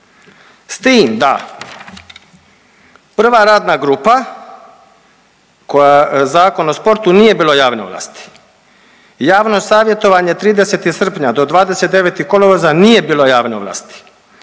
S tim da prva radna grupa koja Zakon o sportu nije bilo javne ovlasti. Javno savjetovanje 30. srpnja do 29. kolovoza nije bilo javne ovlasti,